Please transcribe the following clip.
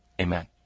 Amen